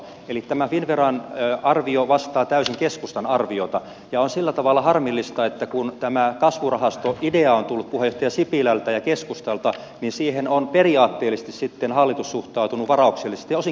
eli tämä finnveran arvio vastaa täysin keskustan arviota ja on sillä tavalla harmillista että kun tämä kasvurahastoidea on tullut puheenjohtaja sipilältä ja keskustalta niin siihen on periaatteellisesti sitten hallitus suhtautunut varauksellisesti ja osin kielteisestikin